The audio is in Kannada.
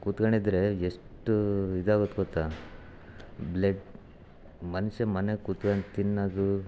ಕೂತ್ಕಂಡಿದ್ರೆ ಎಷ್ಟು ಇದಾಗುತ್ತೆ ಗೊತ್ತಾ ಬ್ಲೆಡ್ ಮನುಷ್ಯ ಮನೆಗೆ ಕುತ್ಗಂಡು ತಿನ್ನೋದು